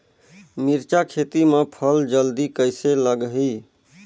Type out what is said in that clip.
मिरचा खेती मां फल जल्दी कइसे लगही?